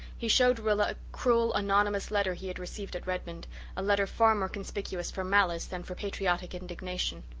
he showed rilla a cruel, anonymous letter he had received at redmond a letter far more conspicuous for malice than for patriotic indignation.